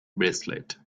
bracelet